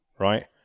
Right